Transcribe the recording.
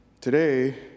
today